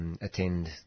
Attend